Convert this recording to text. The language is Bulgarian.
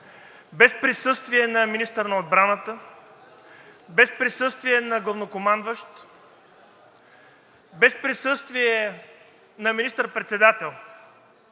без присъствие на министъра на отбраната, без присъствие на главнокомандващ, без присъствие на министър председател.